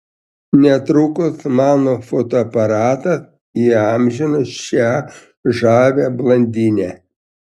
netrukus mano fotoaparatas įamžino šią žavią blondinę